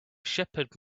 shepherd